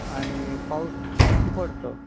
आणि पाऊस किती पडतो